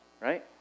right